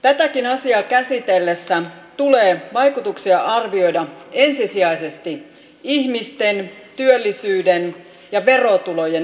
tätäkin asiaa käsitellessä tulee vaikutuksia arvioida ensisijaisesti ihmisten työllisyyden ja verotulojen näkökulmasta